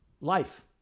life